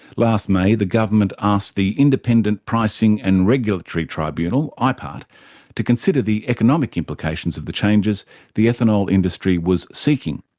last may the government asked the independent pricing and regulatory tribunal, ah ipart, to consider the economic implications of the changes the ethanol industry was seeking.